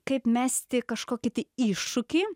kaip mesti kažkokį tai iššūkį